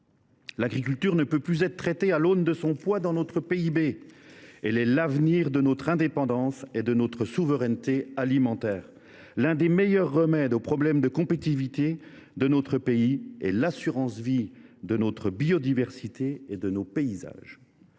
L’agriculture ne peut plus être traitée à l’aune de son poids dans notre PIB. Elle conditionne notre indépendance et notre souveraineté alimentaire à l’avenir. Elle est l’un des meilleurs remèdes aux problèmes de compétitivité de notre pays et l’assurance de notre biodiversité et de nos paysages.